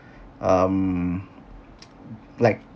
um like